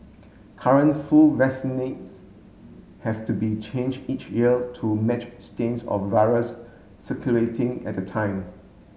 current flu vaccinates have to be changed each year to match stains of virus circulating at the time